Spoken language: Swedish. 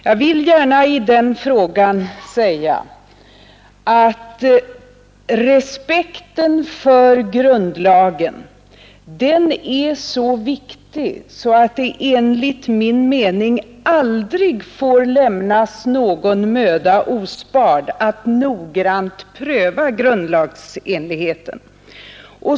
Jag vill i denna fråga säga att respekten för grundlagen är så viktig att det enligt min mening aldrig får lämnas någon möda spard när det gäller att noggrant pröva grundlagsenligheten.